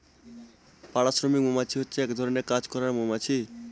পাড়া শ্রমিক মৌমাছি হচ্ছে এক ধরনের কাজ করার মৌমাছি